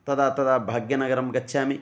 तदा तदा भाग्यनगरं गच्छामि